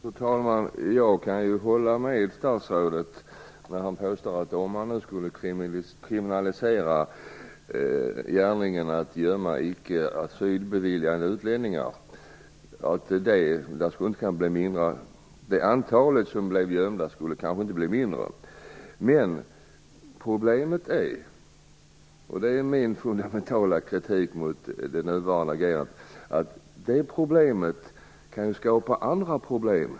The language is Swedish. Fru talman! Jag kan hålla med statsrådet om att antalet gömda, icke asylbeviljade utlänningar kanske inte skulle bli mindre om man kriminaliserade denna gärning. Men det här problemet, och det är min fundamentala kritik mot de nuvarande agerandet, kan skapa andra problem.